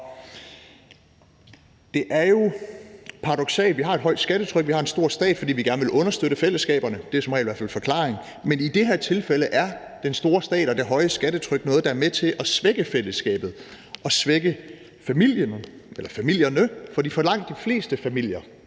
det er jo paradoksalt. Vi har et højt skattetryk, og vi har en stor stat, fordi vi gerne vil understøtte fællesskaberne – det er i hvert fald som regel forklaringen – men i det her tilfælde er den store stat og det høje skattetryk noget, der er med til at svække fællesskabet og svække familierne. For for langt de fleste familier